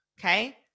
okay